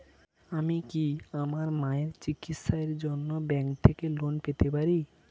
আমি কি আমার মায়ের চিকিত্সায়ের জন্য ব্যঙ্ক থেকে লোন পেতে পারি?